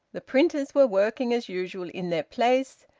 the printers were working as usual in their place,